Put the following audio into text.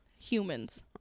Humans